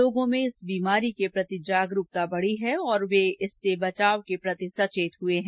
लोगों में बीमारी के प्रति जागरूकता बढी है और वो इससे बचाव के प्रति सचेत हुए हैं